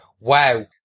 wow